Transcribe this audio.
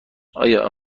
آیا